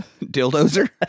Dildozer